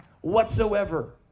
whatsoever